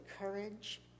courage